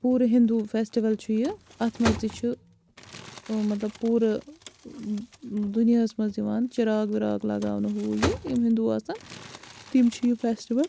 پوٗرٕ ہنٛدوٗ فیٚسٹِوَل چھُ یہِ اَتھ منٛز تہِ چھُ ٲں مطلب پوٗرٕ دُنیاہَس منٛز یِوان چِراغ وِراغ لگاونہٕ ہُہ یہِ یِم ہنٛدوٗ آسان تِم چھِ یہِ فیٚسٹِوَل